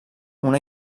una